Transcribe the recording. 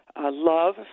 love